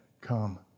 come